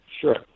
Sure